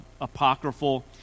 apocryphal